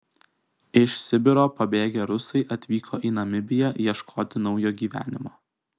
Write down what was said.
iš sibiro pabėgę rusai atvyko į namibiją ieškoti naujo gyvenimo